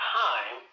time